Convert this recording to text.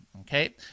okay